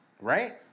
right